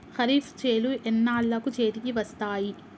ఖరీఫ్ చేలు ఎన్నాళ్ళకు చేతికి వస్తాయి?